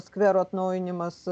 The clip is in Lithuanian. skvero atnaujinimas